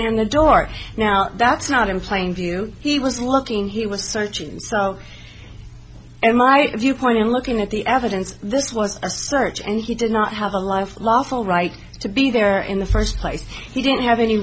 and the door now that's not in plain view he was looking he was searching so and my view point in looking at the evidence this was a search and he did not have a lot of lawful right to be there in the first place he didn't have any